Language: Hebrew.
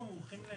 בוועדת